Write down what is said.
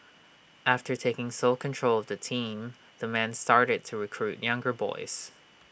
after taking sole control of the team the man started to recruit younger boys